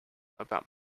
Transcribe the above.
about